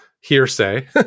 hearsay